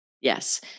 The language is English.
Yes